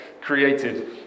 created